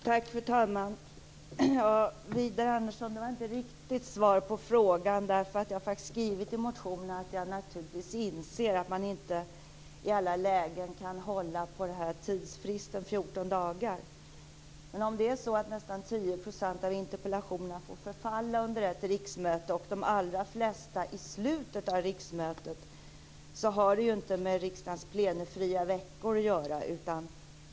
Fru talman! Det var inte riktigt svar på frågan, Widar Andersson. Jag har skrivit i motionen att jag inser att man inte i alla lägen kan hålla på tidsfristen 14 dagar. Men att nästan 10 % av interpellationerna får förfalla under ett riksmöte, och de allra flesta i slutet av riksmötet, har inte med riksdagens plenifria veckor att göra.